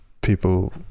people